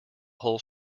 whole